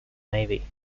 navy